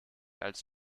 als